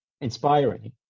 inspiring